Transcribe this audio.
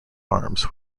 arms